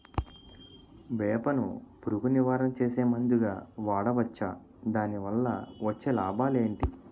వేప ను పురుగు నివారణ చేసే మందుగా వాడవచ్చా? దాని వల్ల వచ్చే లాభాలు ఏంటి?